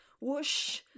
whoosh